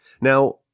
Now